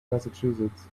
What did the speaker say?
massachusetts